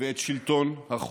ואת שלטון החוק.